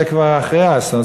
זה כבר אחרי האסון,